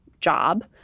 job